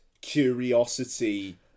curiosity